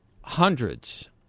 Hundreds